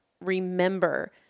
remember